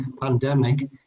pandemic